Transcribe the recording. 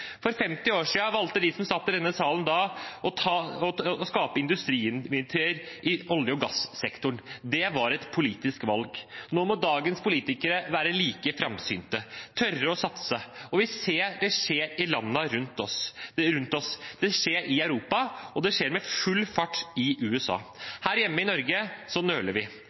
For 50 år siden valgte de som satt i denne sal da, å skape industrieventyret i olje- og gassektoren. Det var et politisk valg. Nå må dagens politikere være like framsynte, tørre å satse, og vi ser at det skjer i landene rundt oss. Det skjer i Europa, og det skjer med full fart i USA. Her hjemme i Norge nøler vi.